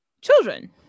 children